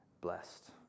blessed